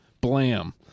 blam